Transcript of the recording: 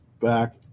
back